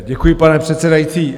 Děkuji, pane předsedající.